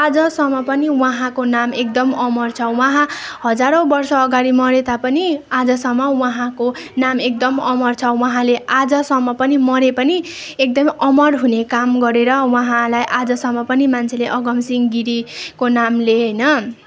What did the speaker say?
आजसम्म पनि उहाँको नाम एकदम अमर छ उहाँ हजारौँ वर्ष अगाडि मरे तापनि आजसम्म उहाँको नाम एकदम अमर छ उहाँले आजसम्म पनि मरे पनि एकदमै अमर हुने काम गरेर उहाँलाई आजसम्म पनि मान्छेले अगमसिँह गिरीको नामले होइन